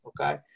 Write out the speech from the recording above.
Okay